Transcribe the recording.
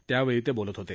त्यावेळी ते बोलत होते